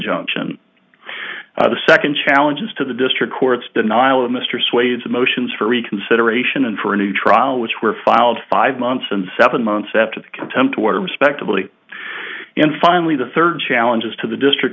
injunction the second challenge is to the district court's denial of mr swades motions for reconsideration and for a new trial which were filed five months and seven months after the contempt order respectively and finally the third challenge is to the district